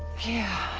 yeah,